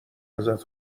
ازت